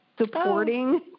supporting